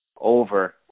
over